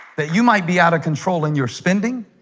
that you might be out of control in your spending